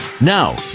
Now